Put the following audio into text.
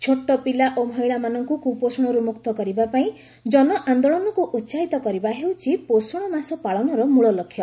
ଛୋଟପିଲା ଓ ମହିଳାମାନଙ୍କୁ କୁପୋଷଣରୁ ମୁକ୍ତ କରିବା ପାଇଁ ଜନଆନ୍ଦୋଳନକୁ ଉସାହିତ କରିବା ହେଉଛି ପୋଷଣ ମାସ ପାଳନର ମୂଳଲକ୍ଷ୍ୟ